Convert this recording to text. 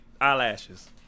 eyelashes